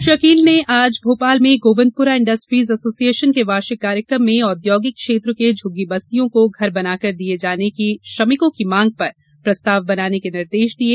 श्री अकील ने आज भोपाल में गोविंदपुरा इंडस्ट्रीज एसोसिएशन के वार्षिक कार्यक्रम में औद्योगिक क्षेत्र के झुग्गीवासियों को घर बनाकर दिये जाने की श्रमिकों की मांग पर प्रस्ताव बनाने के निर्देश दिये